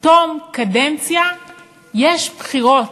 תום קדנציה יש בחירות.